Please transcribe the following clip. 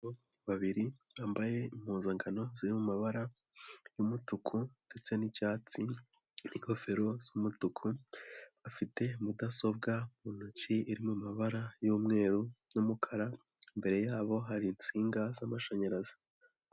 Abagabo babiri bambaye impuzankan ziri mu mabara y'umutuku ndetse n'icyatsi n'ingofero z'umutuku, bafite mudasobwa mu ntoki, iri mu mabara y'umweru n'umukara, imbere yabo hari insinga z'amashanyarazi.